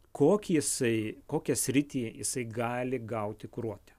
kokį jisai kokią sritį jisai gali gauti kuruoti